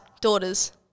daughters